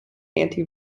anti